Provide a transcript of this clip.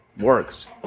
works